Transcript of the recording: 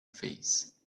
face